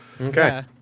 Okay